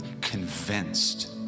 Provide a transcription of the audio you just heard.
convinced